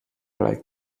like